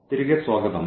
തിരികെ സ്വാഗതം